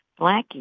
Blackie